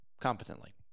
competently